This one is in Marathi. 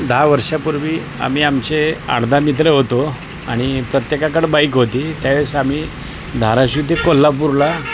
दहा वर्षापूर्वी आम्ही आमचे आठ दहा मित्र होतो आणि प्रत्येकाकडं बाईक होती त्यावेळेस आम्ही धाराशीव ते कोल्हापूरला